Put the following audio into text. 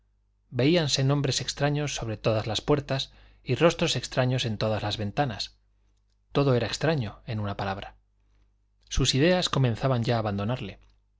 guaridas veíanse nombres extraños sobre todas las puertas y rostros extraños en todas las ventanas todo era extraño en una palabra sus ideas comenzaban ya a abandonarle